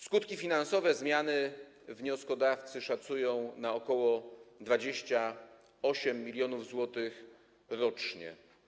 Skutki finansowe zmiany wnioskodawcy szacują na ok. 28 mln zł rocznie.